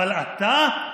אבל אתה,